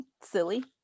Silly